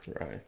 Right